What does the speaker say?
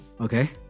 Okay